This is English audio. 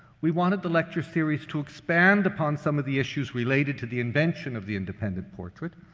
we wanted the lecture series to expand upon some of the issues related to the invention of the independent portrait.